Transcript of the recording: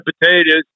potatoes